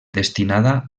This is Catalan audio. destinada